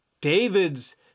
David's